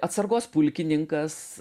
atsargos pulkininkas